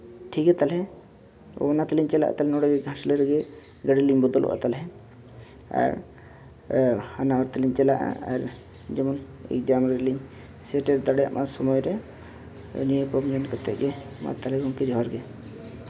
ᱴᱷᱤᱠ ᱜᱮᱭᱟ ᱛᱟᱦᱚᱞᱮ ᱚᱱᱟ ᱛᱮᱞᱤᱧ ᱪᱟᱞᱟᱜᱼᱟ ᱱᱚᱸᱰᱮᱜᱮ ᱜᱷᱟᱴᱥᱤᱞᱟᱹ ᱨᱮᱜᱮ ᱜᱟᱹᱰᱤᱞᱤᱧ ᱵᱚᱫᱚᱞᱟ ᱛᱟᱦᱚᱞᱮ ᱟᱨ ᱦᱟᱱᱟ ᱦᱚᱨ ᱛᱮᱞᱤᱧ ᱪᱟᱞᱟᱜᱼᱟ ᱟᱨ ᱡᱮᱢᱚᱱ ᱮᱠᱡᱟᱢ ᱨᱮᱞᱤᱧ ᱥᱮᱴᱮᱨ ᱫᱟᱲᱮᱭᱟᱜᱼᱢᱟ ᱥᱚᱢᱚᱭ ᱨᱮ ᱱᱤᱭᱟᱹ ᱠᱚ ᱢᱮᱱ ᱠᱟᱛᱮᱫᱜᱮ ᱢᱟ ᱛᱟᱦᱚᱞᱮ ᱜᱚᱢᱠᱮ ᱡᱚᱦᱟᱨ ᱜᱮ